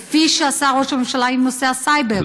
כפי שעשה ראש הממשלה עם נושא הסייבר.